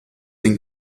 den